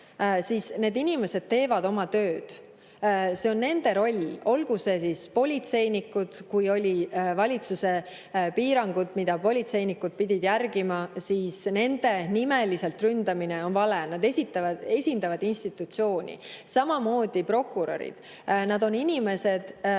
kuid need inimesed teevad ju oma tööd, see on nende roll. Näiteks politseinikud: kui olid valitsuse piirangud, mida politseinikud pidid järgima, siis nende nimeliselt ründamine oli vale. Nad esindavad institutsiooni. Samamoodi prokurörid: nad on inimesed